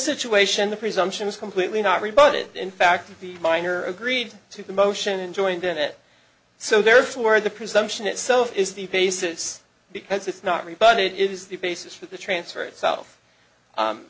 situation the presumption is completely not rebutted in fact the minor agreed to the motion and joined in it so therefore the presumption itself is the basis because it's not me but it is the basis for the transfer itself